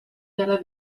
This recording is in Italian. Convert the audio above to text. dalla